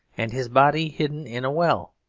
and his body hidden in a well,